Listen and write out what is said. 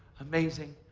amazing.